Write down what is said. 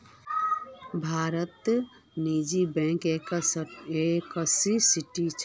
भारतत निजी बैंक इक्कीसटा छ